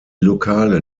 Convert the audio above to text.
lokale